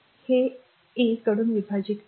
हे a कडून विभाजित करा